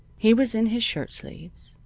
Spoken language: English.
he was in his shirt-sleeves,